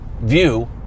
view